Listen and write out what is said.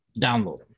download